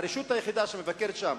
הרשות היחידה שמבקרת שם,